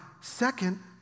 Second